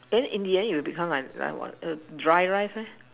then in the end you will become like like what err dry rice meh